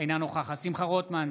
אינה נוכחת שמחה רוטמן,